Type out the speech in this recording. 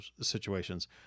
situations